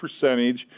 percentage